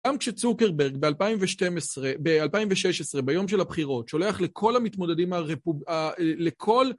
גם כשצוקרברג ב-2016, ביום של הבחירות, שולח לכל המתמודדים הרפוב... לכל...